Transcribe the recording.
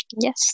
Yes